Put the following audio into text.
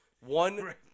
One